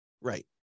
right